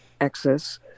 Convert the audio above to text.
access